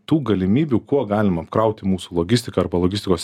tų galimybių kuo galim apkrauti mūsų logistiką arba logistikos